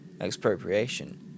expropriation